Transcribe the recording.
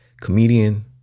comedian